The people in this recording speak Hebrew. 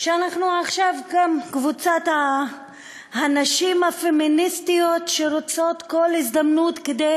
שאנחנו עכשיו כאן קבוצת הנשים הפמיניסטיות שרוצות כל הזדמנות כדי